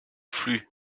flux